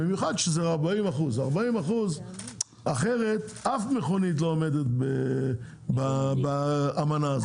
במיוחד שזה 40%. אחרת אף מכונית לא עומדת באמנה הזאת.